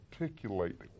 articulate